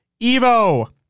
Evo